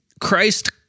Christ